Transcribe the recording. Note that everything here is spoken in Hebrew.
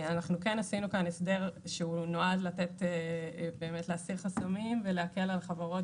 אנחנו כן עשינו כאן הסדר שנועד באמת להסיר חסמים ולהקל על חברות,